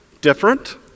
different